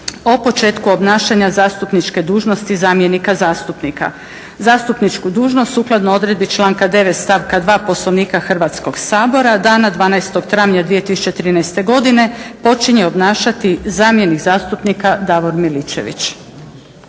o početku obnašanja zastupničke dužnosti zamjenika zastupnika. Zastupničku dužnost sukladno odredbi članka 9. stavka 2. Poslovnika Hrvatskog sabora dana 12. travanja 2013. godine počinje obnašati zamjenik zastupnika Davor Miličević.